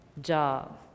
job